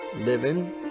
living